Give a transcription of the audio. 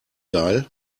geil